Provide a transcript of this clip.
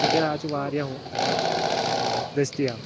تِکیٛازِ آز چھُ واریاہ ہُہ دٔستِیاب